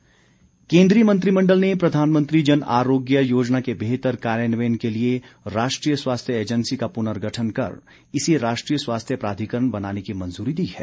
जन आरोग्य योजना केन्द्रीय मंत्रिमण्डल ने प्रधानमंत्री जन आरोग्य योजना के बेहतर कार्यान्वयन के लिए राष्ट्रीय स्वास्थ्य एजेंसी का पुनर्गठन कर इसे राष्ट्रीय स्वास्थ्य प्राधिकरण बनाने की मंजूरी दी है